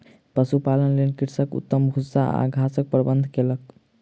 पशुपालनक लेल कृषक उत्तम भूस्सा आ घासक प्रबंध कयलक